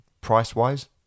Price-wise